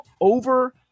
over